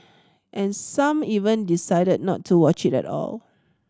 and some even decided not to watch it at all